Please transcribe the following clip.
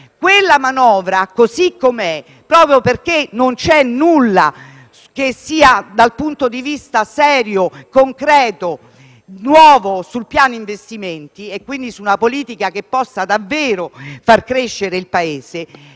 Quella manovra così com'è, proprio perché non presenta nulla di serio, concreto e nuovo sul piano degli investimenti e quindi di una politica che possa davvero far crescere il Paese,